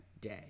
day